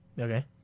Okay